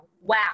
wow